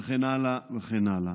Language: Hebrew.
וכן הלאה וכן הלאה.